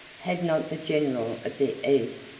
had not the general of the east,